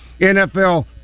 NFL